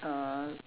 err